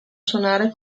suonare